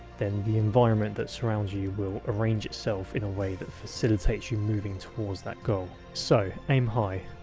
then the environment that surrounds you you will arrange itself in a way that facilitates you moving towards that goal. so, aim high.